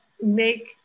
make